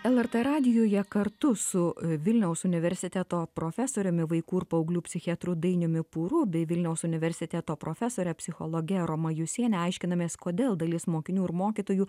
lrt radijuje kartu su vilniaus universiteto profesoriumi vaikų ir paauglių psichiatru dainiumi pūru bei vilniaus universiteto profesore psichologe roma jusiene aiškinamės kodėl dalis mokinių ir mokytojų